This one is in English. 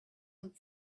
and